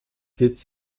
sitz